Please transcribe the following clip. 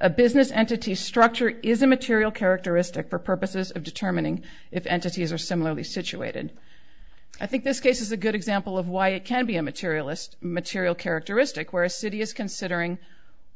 a business entity structure is a material characteristic for purposes of determining if entities are similarly situated i think this case is a good example of why it can't be a materialist material characteristic where a city is considering